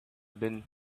been